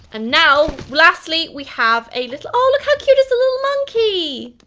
and now lastly, we have a little oh look, how cute! it's a little monkey!